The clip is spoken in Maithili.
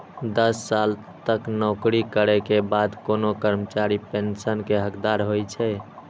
दस साल तक नौकरी करै के बाद कोनो कर्मचारी पेंशन के हकदार होइ छै